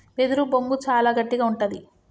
వెదురు బొంగు చాలా గట్టిగా ఉంటది